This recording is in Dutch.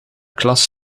klas